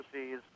overseas